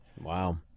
Wow